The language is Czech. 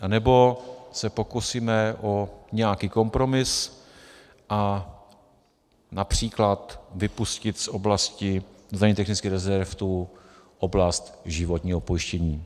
Anebo se pokusíme o nějaký kompromis, například vypustit z oblasti zdanění technických rezerv tu oblast životního pojištění.